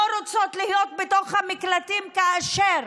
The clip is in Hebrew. לא רוצות להיות בתוך המקלטים כאשר